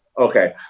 okay